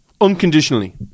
unconditionally